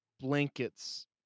blankets